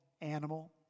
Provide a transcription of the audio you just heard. animal